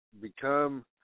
become